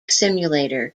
simulator